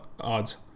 odds